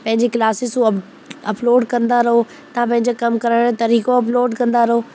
पंहिंजी क्लासिसूं अपलोड कंदा रहो तव्हां पंहिंजे कमु करण जो तरीक़ो अपलोड कंदा रहो